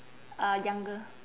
uh younger